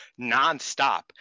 nonstop